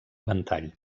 ventall